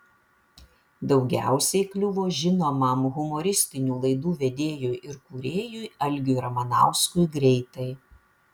daugiausiai kliuvo žinomam humoristinių laidų vedėjui ir kūrėjui algiui ramanauskui greitai